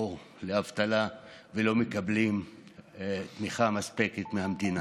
לאבטלה ולא מקבלות תמיכה מספקת מהמדינה.